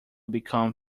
become